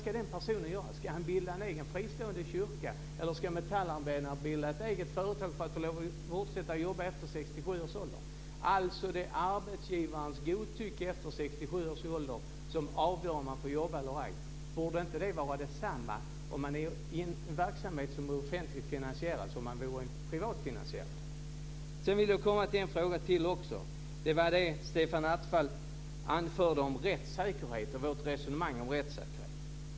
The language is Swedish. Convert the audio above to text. Ska prästen bilda en egen fristående kyrka, eller ska metallarbetaren bilda ett eget företag för att få fortsätta jobba efter 67 års ålder? Alltså är det arbetsgivarens godtycke som avgör om man får jobba eller ej efter 67 års ålder. Borde det inte vara detsamma i en verksamhet som är offentligt finansierad som i en verksamhet som är privat finansierad? Sedan vill jag komma till det Stefan Attefall anförde om vårt resonemang om rättssäkerhet.